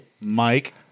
mike